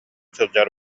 сылдьар